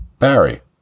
Barry